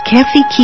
Kathy